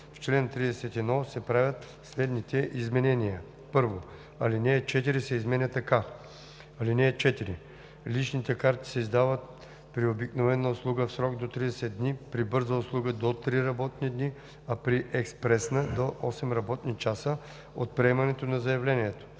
В чл. 31 се правят следните изменения: 1. Алинея 4 се изменя така: „(4) Личните карти се издават при обикновена услуга до 30 дни, при бърза услуга – до 3 работни дни, а при експресна услуга – до 8 работни часа, от приемането на заявлението.“